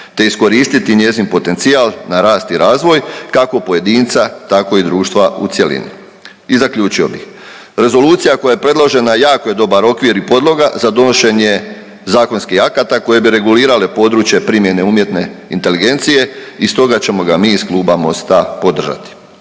te iskoristiti njezin potencijal na rast i razvoj kako pojedinca, tako i društva u cjelini. I zaključio bih. Rezolucija koja je predložena jako je dobar okvir i podloga za donošenje zakonskih akata koje bi regulirale područje primjene umjetne inteligencije i stoga ćemo ga mi iz kluba Mosta podržati.